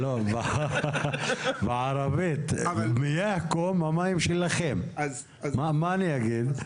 "מיאה קום" בערבית זה המים שלכם, מה אני אגיד?